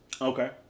Okay